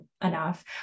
enough